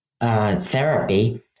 Therapy